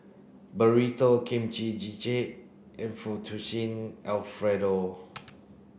Burrito Kimchi Jjigae and Fettuccine Alfredo